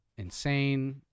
insane